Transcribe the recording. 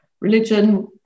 religion